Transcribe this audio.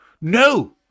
No